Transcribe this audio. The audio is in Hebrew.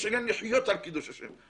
יש עניין לחיות על קידוש השם.